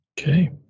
Okay